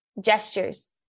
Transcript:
gestures